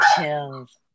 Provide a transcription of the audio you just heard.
chills